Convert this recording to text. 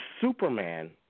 Superman